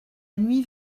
nuit